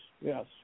Yes